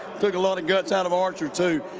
took a lot of guts out of archer too.